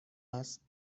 است